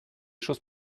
choses